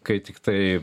kai tiktai